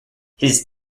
his